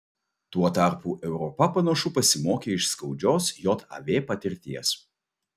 tuo tarpu europa panašu pasimokė iš skaudžios jav patirties